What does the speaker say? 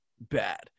bad